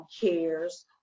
cares